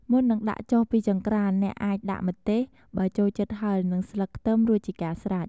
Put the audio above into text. មុននឹងដាក់ចុះពីចង្ក្រាន អ្នកអាចដាក់ម្ទេស បើចូលចិត្តហឹរ និងស្លឹកខ្ទឹម រួចជាការស្រេច។